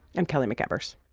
and kelly mcevers